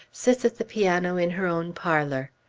sits at the piano in her own parlor.